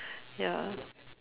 ya